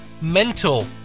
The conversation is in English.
mental